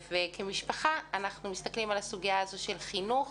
כמשפחה, אנחנו מסתכלים על הסוגיה הזו של חינוך,